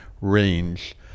Range